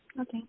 Okay